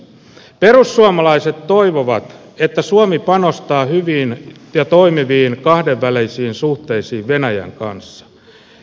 perussuomalaiset toivovat että suomi panostaa hyviin ja toimiviin kahdenvälisiin suhteisiin venäjän kanssa